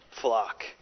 flock